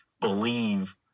believe